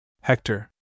Hector